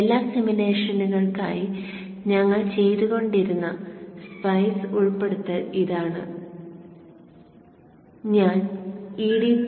എല്ലാ സിമുലേഷനുകൾക്കുമായി ഞങ്ങൾ ചെയ്തുകൊണ്ടിരുന്ന സ്പൈസ് ഉൾപ്പെടുത്തൽ ഇതാണ് ഞാൻ edt01